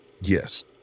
Yes